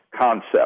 concept